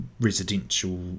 residential